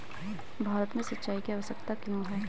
भारत में सिंचाई की आवश्यकता क्यों है?